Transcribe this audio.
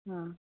हां